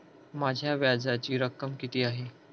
माझ्या व्याजाची रक्कम किती आहे?